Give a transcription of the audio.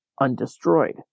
undestroyed